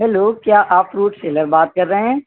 hello کیا آپ fruit seller بات کر رہے ہیں